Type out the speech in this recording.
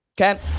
Okay